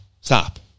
Stop